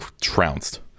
trounced